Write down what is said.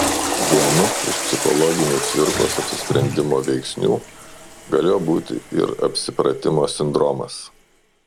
vienu iš psichologinių cvirkos apsisprendimo veiksnių galėjo būti ir apsipratimo sindromas